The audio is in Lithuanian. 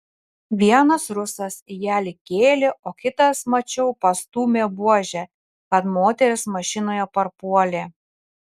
vienas rusas ją lyg kėlė o kitas mačiau pastūmė buože kad moteris mašinoje parpuolė